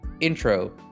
intro